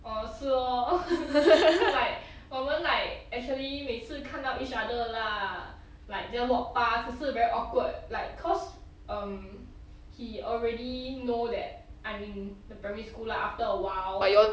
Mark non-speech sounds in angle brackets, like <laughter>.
err 是 lor <laughs> like 我们 like actually 每次看到 each other lah like just walk past 可是 very awkward like cause um he already know that I'm in the primary school lah after a while